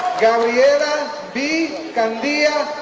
gabriela b. candia